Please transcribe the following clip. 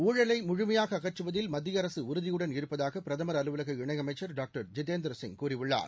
ஊழலை முழுமையாக அகற்றுவதில் மத்திய அரசு உறுதியுடன் இருப்பதாக பிரதமா் அலுவலக இணையமைச்சர் டாக்டர் ஜிதேந்திர சிங் கூறியுள்ளார்